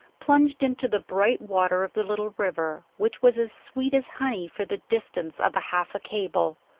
plunged into the bright water of the little river, which was as sweet as honey for the distance of half a cable,